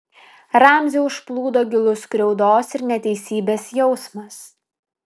ramzį užplūdo gilus skriaudos ir neteisybės jausmas